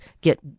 get